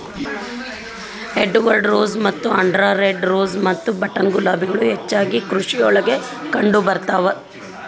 Edward rose ಮತ್ತ Andhra red rose ಮತ್ತ button ಗುಲಾಬಿಗಳು ಹೆಚ್ಚಾಗಿ ಕೃಷಿಯೊಳಗ ಕಂಡಬರ್ತಾವ